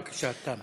בבקשה, תם.